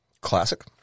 Classic